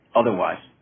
otherwise